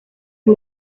and